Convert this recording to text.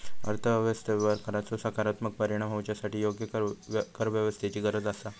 अर्थ व्यवस्थेवर कराचो सकारात्मक परिणाम होवच्यासाठी योग्य करव्यवस्थेची गरज आसा